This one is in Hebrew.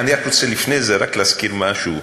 אני רק רוצה לפני זה רק להזכיר משהו,